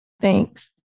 Thanks